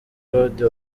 claude